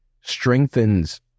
strengthens